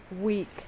week